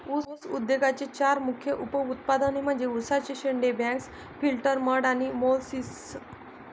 ऊस उद्योगाचे चार मुख्य उप उत्पादने म्हणजे उसाचे शेंडे, बगॅस, फिल्टर मड आणि मोलॅसिस